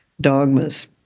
dogmas